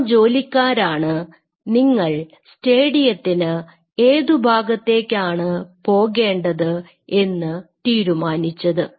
ആ ജോലിക്കാരാണ് നിങ്ങൾ സ്റ്റേഡിയത്തിന് ഏതു ഭാഗത്തേക്കാണ് പോകേണ്ടത് എന്ന് തീരുമാനിച്ചത്